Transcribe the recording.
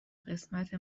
قسمت